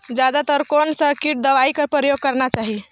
जादा तर कोन स किट दवाई कर प्रयोग करना चाही?